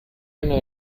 einer